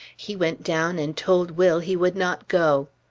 he went down and told will he would not go!